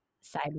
side